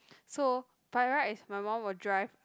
so by right is my mum will drive